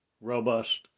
robust